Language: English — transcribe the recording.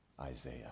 Isaiah